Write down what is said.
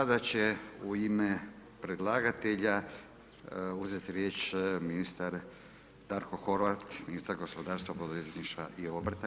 Sada će u ime predlagatelja uzeti riječ ministar Darko Horvat, ministar gospodarstva, poduzetništva i obrta.